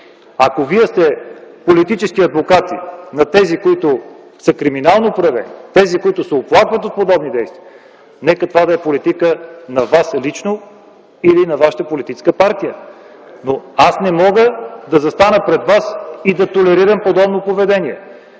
Ако вие сте политически адвокати на тези, които са криминално проявени, тези, които се оплакват от подобни действия, нека това да е политика на вас лично или на вашата политическа партия. (Реплики от ДПС.) Но аз не мога да застана пред вас и да толерирам подобно поведение,